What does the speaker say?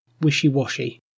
wishy-washy